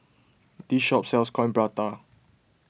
this shop sells Coin Prata